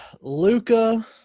Luca